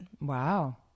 wow